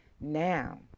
Now